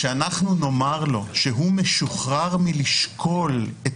כשאנחנו נאמר לו שהוא משוחרר מלשקול את